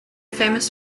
famous